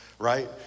right